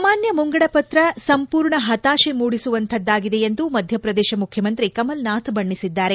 ಸಾಮಾನ್ಯ ಮುಂಗಡ ಪತ್ರ ಸಂಪೂರ್ಣ ಪತಾತೆ ಮೂಡಿಸುವಂಥದ್ದಾಗಿದೆ ಎಂದು ಮಧ್ಯಪ್ರದೇತ ಮುಖ್ಯಮಂತ್ರಿ ಕಮಲ್ನಾಥ್ ಬಣ್ಣಿಸಿದ್ದಾರೆ